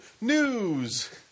news